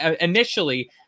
initially